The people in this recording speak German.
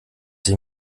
sich